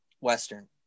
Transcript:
Western